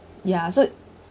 ya so